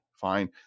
fine